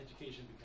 Education